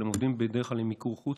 אבל הם עובדים בדרך כלל עם מיקור חוץ.